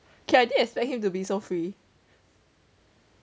okay I didn't expect him to be so free